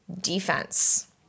defense